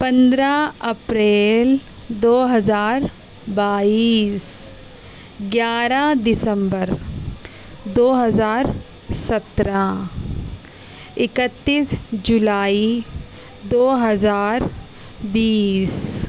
پندرہ اپریل دو ہزار بائیس گیارہ دسمبر دو ہزار سترہ اکتیس جولائی دو ہزار بیس